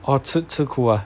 !wah! 吃吃苦啊